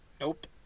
Nope